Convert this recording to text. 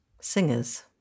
singers